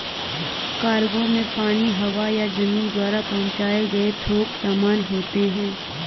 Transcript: cargo में पानी, हवा या जमीन द्वारा पहुंचाए गए थोक सामान होते हैं